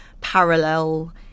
parallel